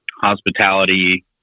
hospitality